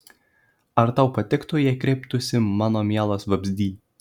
ar tau patiktų jei kreiptųsi mano mielas vabzdy